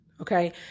Okay